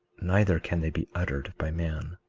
neither can they be uttered by man.